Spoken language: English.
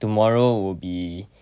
tomorrow will be